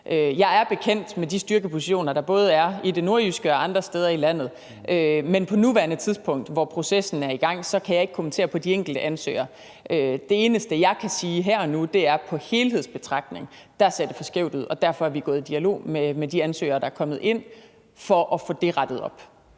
Jeg er bekendt med de styrkepositioner, der både er i det nordjyske og andre steder i landet. Men på nuværende tidspunkt, hvor processen er i gang, kan jeg ikke kommentere på de enkelte ansøgere. Det eneste, jeg kan sige her og nu, er, at efter en helhedsbetragtning ser det for skævt ud, og derfor er vi gået i dialog med de ansøgere, der er kommet ind, for at få det rettet op.